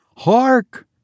Hark